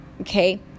okay